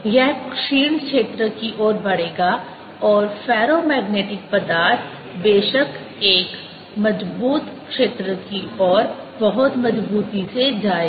यह क्षीण क्षेत्र की ओर बढ़ेगा और फेरोमैग्नेटिक पदार्थ बेशक एक मजबूत क्षेत्र की ओर बहुत मजबूती से जाएगा